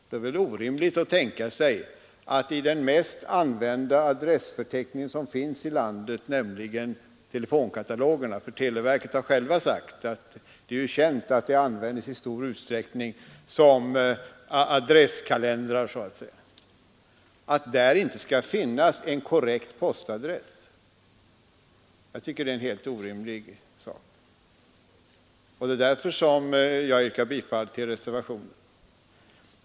Då är det väl orimligt att tänka sig att i den mest använda adressförteckning som finns här i landet, nämligen telefonkatalogerna — för televerket har självt sagt att det är känt att de i stor utsträckning används som adresskalendrar — skall det inte finnas en korrekt postadress. Jag tycker som sagt att det är helt orimligt, och det är därför som jag yrkar bifall till reservationen.